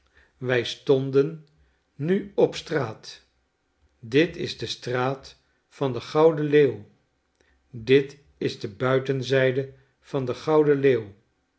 wij stonden nu op straat dit is de straat van den gouden leeuw dit is de buitenzijde van den gouden leeuw